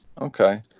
Okay